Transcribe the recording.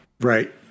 right